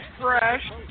fresh